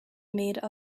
made